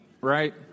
right